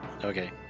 Okay